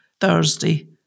Thursday